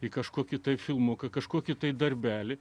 į kažkokį tai filmuką kažkokį darbelį